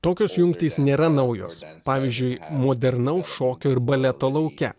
tokios jungtys nėra naujos pavyzdžiui modernaus šokio ir baleto lauke